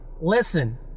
listen